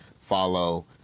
follow